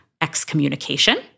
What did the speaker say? excommunication